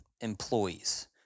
employees